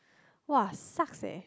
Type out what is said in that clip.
[wah] sucks eh